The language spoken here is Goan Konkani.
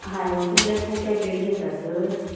हाय उरता मणल्या तुमी टॅबलेट घेता तर